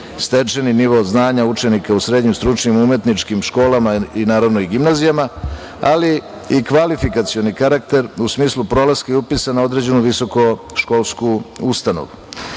stečeni nivo znanja učenika u srednjim stručnim, umetničkim školama, a naravno i gimnazijama, ali i kvalifikacioni karakter, u smislu prolaska i upisa na određenu visokoškolsku ustanovu. Vi